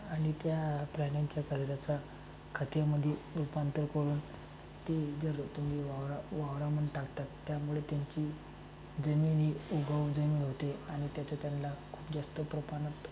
आणि त्या प्राण्यांच्या कचऱ्याचा खतामध्ये रूपांतर करून ते जर तुम्ही वावरा वावरामध्ये टाकतात त्यामुळे त्यांची जमीन ही उगवजन होते आणि त्याता त्यांना खूप जास्त प्रमाणात